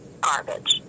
garbage